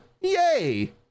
Yay